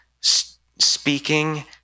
speaking